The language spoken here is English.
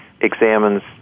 examines